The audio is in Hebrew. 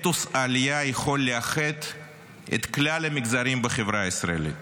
אתוס העלייה יכול לאחד את כלל המגזרים בחברה הישראלית.